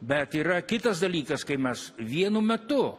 bet yra kitas dalykas kai mes vienu metu